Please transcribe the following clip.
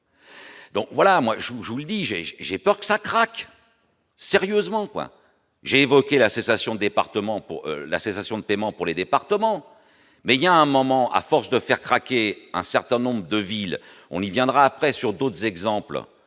Donc voilà, moi je vous, je vous le dis, j'ai j'ai peur que ça craque sérieusement quoi j'ai évoqué la cessation département pour la cessation de paiement pour les départements, mais il y a un moment, à force de faire craquer un certain nombre de villes, on y viendra après sur d'autres exemples,